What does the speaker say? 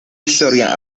historia